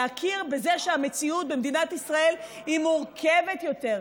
להכיר בזה שהמציאות במדינת ישראל היא מורכבת יותר,